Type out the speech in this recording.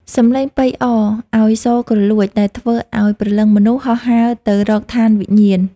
សំឡេងប៉ីអរឱ្យសូរគ្រលួចដែលធ្វើឱ្យព្រលឹងមនុស្សហោះហើរទៅរកឋានវិញ្ញាណ។